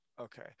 Okay